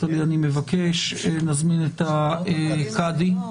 אתה ואני נבקש שנזמין את הקאדי.